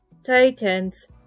Titans